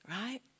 Right